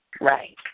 right